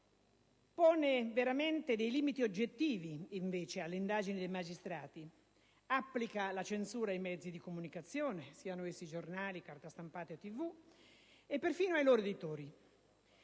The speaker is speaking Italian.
pone veramente dei limiti oggettivi invece alle indagini dei magistrati, applica la censura ai mezzi di comunicazione (siano essi carta stampata o tv) e perfino ai loro editori.